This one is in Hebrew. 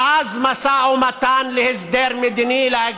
ואז להגיע למשא ומתן ולהסדר מדיני.